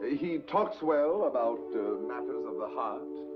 he talks well about, ah, matters of the heart?